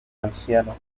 anciano